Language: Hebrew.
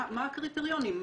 מה הקריטריונים?